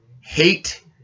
hate